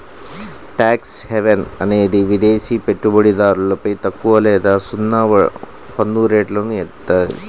tax haven అనేది విదేశి పెట్టుబడిదారులపై తక్కువ లేదా సున్నా పన్నురేట్లను ఏత్తాది